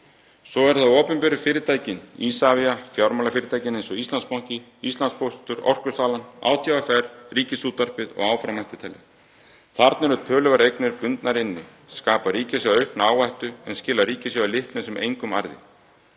Svo eru það að opinberu fyrirtækin; Isavia, fjármálafyrirtækin eins og Íslandsbanki, Íslandspóstur, Orkusalan, ÁTVR, Ríkisútvarpið og áfram mætti telja. Þarna eru töluverðar eignir bundnar inni sem skapa ríkissjóði aukna áhættu en skila ríkissjóði litlum sem engum arði.